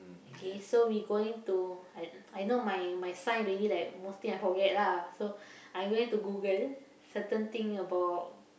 okay so we going to I I know my my science already like most thing I forget lah so I going to Google certain thing about